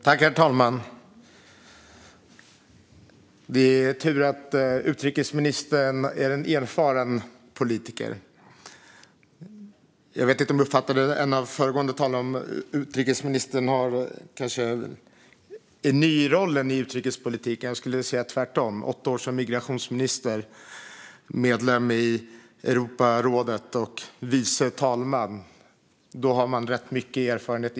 Herr talman! Det är tur att utrikesministern är en erfaren politiker. En av de föregående talarna sa att utrikespolitik är nytt för utrikesministern, men jag säger tvärtom. Med åtta år som migrationsminister, medlem i Europarådet och vice talman har man ganska mycket erfarenhet.